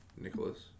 Nicholas